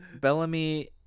Bellamy